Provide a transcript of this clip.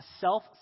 self